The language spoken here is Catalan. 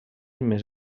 més